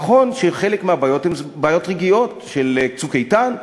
נכון שחלק מהבעיות הן בעיות רגעיות של "צוק איתן",